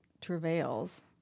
travails